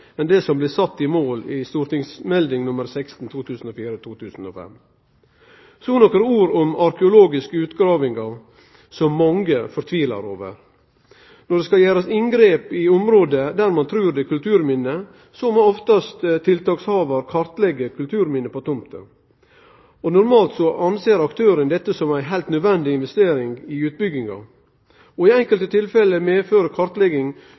enn det som blei sett som mål i St.meld. nr 16. Så nokre ord om arkeologiske utgravingar, som mange fortvilar over. Når det skal gjerast inngrep i område der ein trur det er kulturminne, må ofte tiltakshavar kartleggje kulturminne på tomta. Normalt ser aktøren dette som ei heilt nødvendig «investering» i utbygginga. I enkelte tilfelle medfører